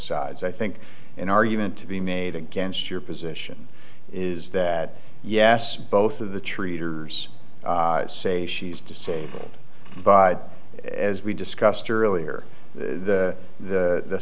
sides i think an argument to be made against your position is that yes both of the treaters say she's disabled but as we discussed earlier the